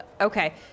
Okay